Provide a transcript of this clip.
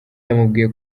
yamubwiye